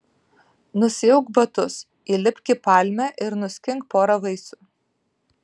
nusiauk batus įlipk į palmę ir nuskink porą vaisių